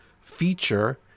feature